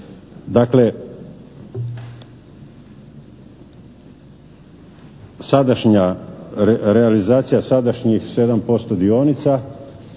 sadašnja realizacija sadašnjih 7% dionica